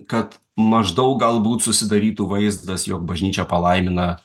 kad maždaug galbūt susidarytų vaizdas jog bažnyčia palaimina